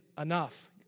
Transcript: enough